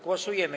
Głosujemy.